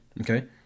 Okay